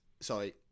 sorry